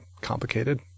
complicated